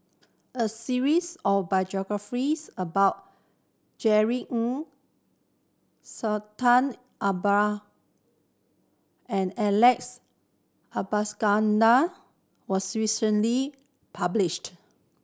a series of biographies about Jerry Ng Sultan Abu and Alex Abisheganaden was recently published